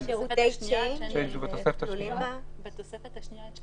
שירותי צ'יינג' כלולים בתוספת השנייה.